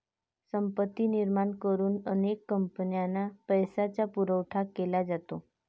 संपत्ती निर्माण करून अनेक कंपन्यांना पैशाचा पुरवठा केला जातो